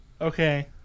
okay